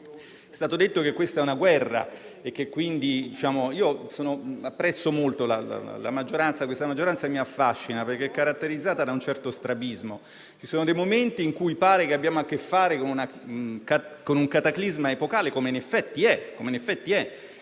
È stato detto che questa è una guerra. Io apprezzo molto questa maggioranza, che mi affascina perché è caratterizzata da un certo strabismo: ci sono dei momenti in cui pare che abbiamo a che fare con un cataclisma epocale, come in effetti è.